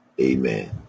Amen